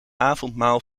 avondmaal